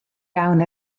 iawn